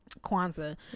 kwanzaa